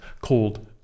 called